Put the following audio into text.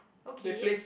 okay